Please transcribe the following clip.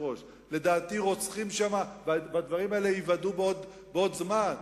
לדעתי, רוצחים שם, והדברים האלה ייוודעו בעוד זמן,